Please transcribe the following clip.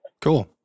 cool